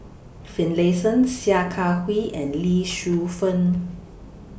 Finlayson Sia Kah Hui and Lee Shu Fen